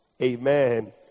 amen